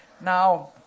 Now